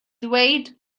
ddweud